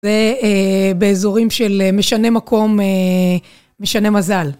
זה באזורים של משנה מקום, משנה מזל.